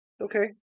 okay